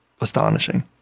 astonishing